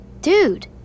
Dude